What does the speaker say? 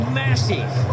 massive